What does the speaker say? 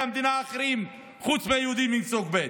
המדינה האחרים חוץ מהיהודים הם סוג ב'.